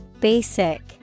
Basic